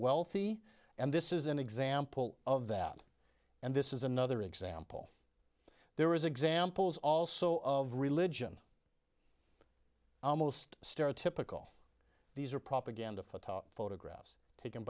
wealthy and this is an example of that and this is another example there is examples also of religion almost stereotypical these are propaganda fatah photographs taken